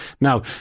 Now